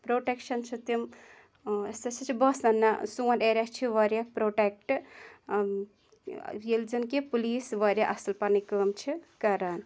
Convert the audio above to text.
protection چھِ تِم اَسہِ ہَسا چھِ باسان نہ سون ایریا چھِ واریاہ پرٛوٹٮ۪کٹہٕ ییٚلہِ زَن کہِ پُلیٖس واریاہ اَصٕل پَنٕنۍ کٲم چھِ کَران